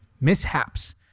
mishaps